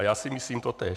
Já si myslím totéž.